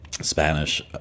Spanish